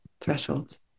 thresholds